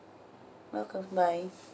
welcome bye